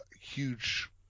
huge